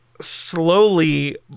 slowly